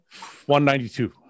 192